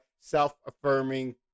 self-affirming